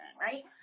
right